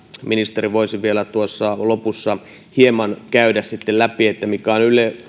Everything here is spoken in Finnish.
ministeri voisi vielä tuossa lopussa hieman käydä sitten läpi sitä mikä on